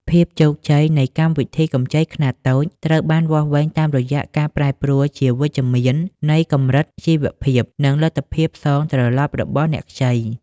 ភាពជោគជ័យនៃកម្មវិធីកម្ចីខ្នាតតូច ត្រូវបានវាស់វែងតាមរយៈការប្រែប្រួលជាវិជ្ជមាននៃកម្រិតជីវភាព និងលទ្ធភាពសងត្រឡប់របស់អ្នកខ្ចី។